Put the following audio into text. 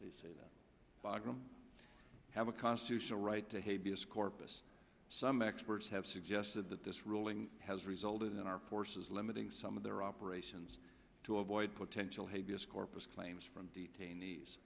agron say the bottom have a constitutional right to hate corpus some experts have suggested that this ruling has resulted in our forces limiting some of their operations to avoid potential hate us corpus claims from detainees